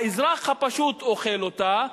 האזרח הפשוט אוכל אותה,